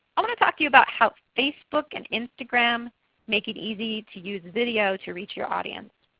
i want to talk to you about how facebook and instagram make it easy to use videos to reach your audience.